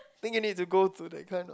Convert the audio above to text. think you need to go that kind of